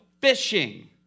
fishing